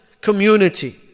community